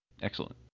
Excellent